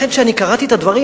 לכן כשקראתי את הדברים,